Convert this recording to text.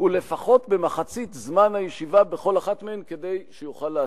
ולפחות במחצית זמן הישיבה בכל אחת מהן כדי שיוכל להצביע.